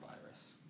virus